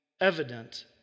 evident